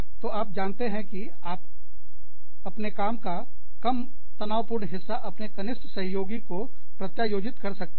तो आप जानते है कि आप अपने काम का कम तनावपूर्ण हिस्सा अपने कनिष्ठ सहयोगी को प्रत्यायोजित कर सकते हैं